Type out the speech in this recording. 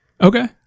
Okay